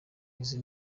izi